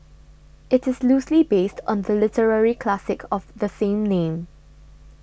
it is loosely based on the literary classic of the same name